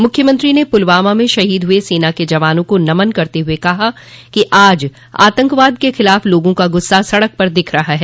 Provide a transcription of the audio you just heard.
मुख्यमंत्री ने पुलवामा में शहीद हुए सेना के जवानों को नमन करते हुए कहा कि आज आतंकवाद के खिलाफ लोगों का गुस्सा सड़क पर दिख रहा है